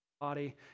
body